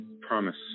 promise